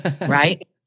Right